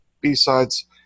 B-Sides